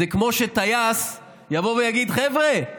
זה כמו שטייס יבוא ויגיד: חבר'ה,